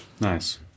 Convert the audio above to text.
Nice